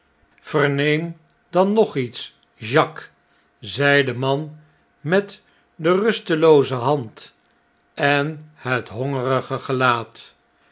verneem dan nog iets jacques zei de man met de rustelooze hand en het hongerig gelaat